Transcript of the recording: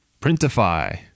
Printify